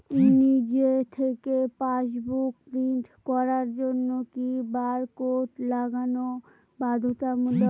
নিজে থেকে passbook print করার জন্য কি বারকোড লাগানো বাধ্যতামূলক?